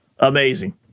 amazing